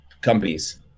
companies